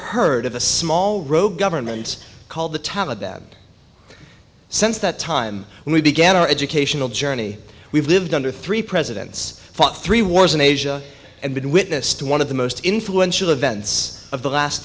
heard of a small rogue government called the taliban since that time when we began our educational journey we've lived under three presidents fought three wars in asia and been witness to one of the most influential events of the last